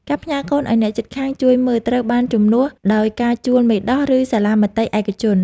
ការផ្ញើកូនឱ្យអ្នកជិតខាងជួយមើលត្រូវបានជំនួសដោយការជួលមេដោះ ឬសាលាមត្តេយ្យឯកជន។